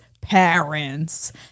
parents